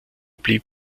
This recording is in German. blieb